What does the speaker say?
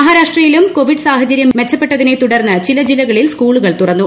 മഹാരാഷ്ട്രയിലും കോവിഡ് സാഹചര്യം മെച്ചപ്പെട്ടതിനെ തുടർന്ന് ചില ജില്ലകളിൽ സ്കൂളുകൾ തുറന്നു